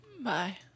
Bye